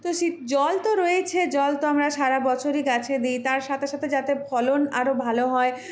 তো সে জল তো রয়েইছে জল তো আমরা সারা বছরই গাছে দিই তার সাথে সাথে যাতে ফলন আরো ভালো হয়